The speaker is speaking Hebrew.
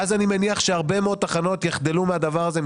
ואז אני מניח שהרבה מאוד תחנות יחדלו מהדבר הזה,